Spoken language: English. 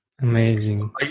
Amazing